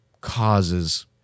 causes